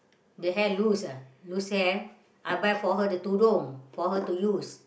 then hair lose ah lose hair I buy for her the tudung for her to use